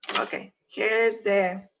okay. here's the